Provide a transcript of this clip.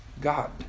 God